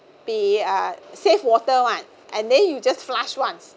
be uh save water one and then you just flush once